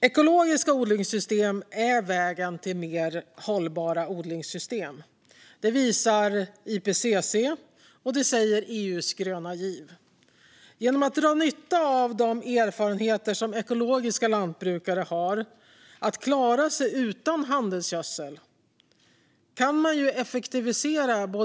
Ekologiska odlingssystem är rätt väg för att få mer hållbara odlingssystem. Det visar IPCC, och det säger EU:s gröna giv. Man kan effektivisera både klimat och klimatnyttan i allt jordbruk genom att dra nytta av de erfarenheter som ekologiska lantbrukare har av att klara sig utan handelsgödsel.